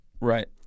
Right